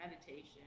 meditation